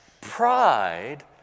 pride